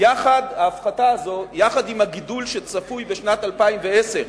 ההפחתה הזו, יחד עם הגידול שצפוי בשנת 2010,